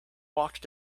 walked